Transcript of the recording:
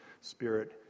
Spirit